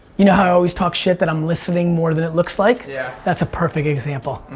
you know how i always talk shit that i'm listening more than it looks like, yeah that's a perfect example.